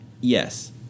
yes